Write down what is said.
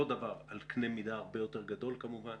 אותו הדבר, בקנה מידה הרבה יותר גדול כמובן,